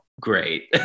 great